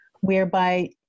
whereby